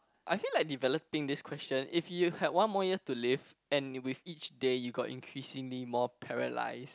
I feel like developing this question if you had one more year to live and with each day you got increasingly more paralysed